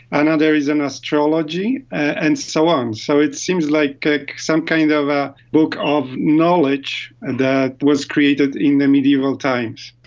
another is on astrology, and so on. so it seems like ah some kind of a book of knowledge and that was created in the mediaeval times.